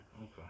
okay